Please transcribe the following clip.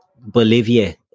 Bolivia